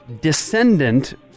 descendant